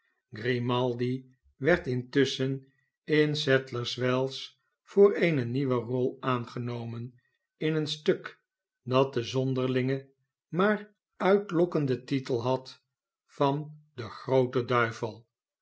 grimaldi werd intusschen in sadlers wells voor eene nieuwe rol aangenomen in een stuk dat den zonderlingen maar uitlokkenden titel had van de groote duivel